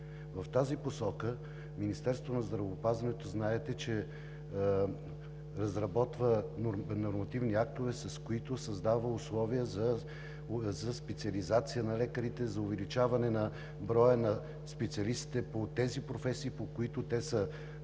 В тази посока Министерството на здравеопазването, знаете, че разработва нормативни актове, с които създава условия за специализация на лекарите, за увеличаване броя на специалистите по тези професии, по които те са